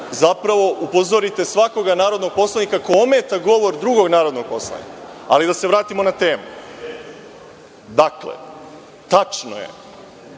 zapravo upozorite svakog narodnog poslanika koji ometa govor drugog narodnog poslanika. Ali, da se vratimo na temu. Dakle, tačno je